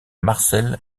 marcel